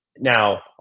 Now